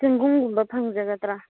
ꯆꯦꯡꯒꯨꯝꯒꯨꯝꯕ ꯐꯪꯒꯗ꯭ꯔꯥ